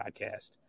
podcast